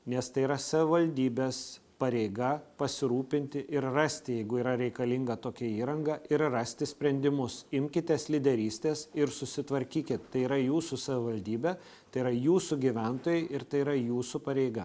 nes tai yra savivaldybės pareiga pasirūpinti ir rasti jeigu yra reikalinga tokia įranga ir rasti sprendimus imkitės lyderystės ir susitvarkykit tai yra jūsų savivaldybė tai yra jūsų gyventojai ir tai yra jūsų pareiga